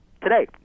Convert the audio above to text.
today